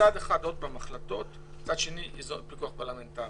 מצד אחד, החלטות ומצד שני, פיקוח פרלמנטרי.